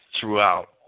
throughout